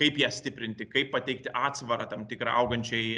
kaip ją stiprinti kaip pateikti atsvarą tam tikrą augančiai